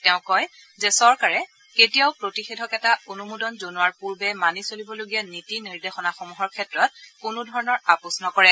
তেওঁ কয় যে চৰকাৰে কেতিয়াও প্ৰতিষেধক এটা অনুমোদন জনোৱাৰ পূৰ্বে মানি চলিবলগীয়া নীতি নিৰ্দেশনাসমূহৰ ক্ষেত্ৰত কোনো ধৰণৰ আপোচ নকৰে